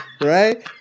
right